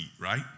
right